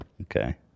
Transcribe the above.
Okay